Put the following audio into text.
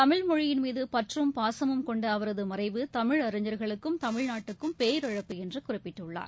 தமிழ் மொழியின் மீது பற்றும் பாசமும் கொண்ட அவரது மறைவு தமிழறிஞர்களுக்கும் தமிழ்நாட்டுக்கும் பேரிழப்பு என்று குறிப்பிட்டுள்ளார்